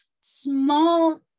small